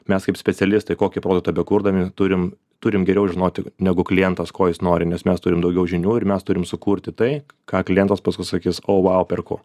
mes kaip specialistai kokį produktą bekurdami turim turim geriau žinoti negu klientas ko jis nori nes mes turim daugiau žinių ir mes turim sukurti tai ką klientas paskui sakys o vau perku